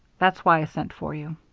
that's why i sent for you.